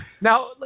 Now